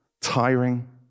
tiring